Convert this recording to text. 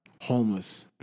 homeless